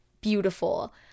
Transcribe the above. beautiful